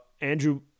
Andrew